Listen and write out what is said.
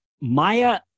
Maya